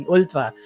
Ultra